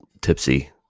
tipsy